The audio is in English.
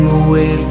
away